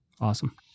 Awesome